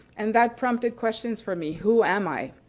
and that prompted questions for me. who am i?